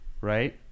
right